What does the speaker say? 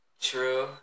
True